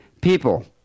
people